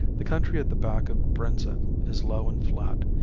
the country at the back of brenzett is low and flat,